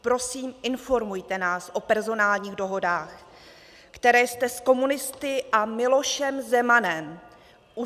Prosím, informujte nás o personálních dohodách, které jste s komunisty a Milošem Zemanem uzavřel.